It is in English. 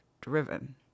driven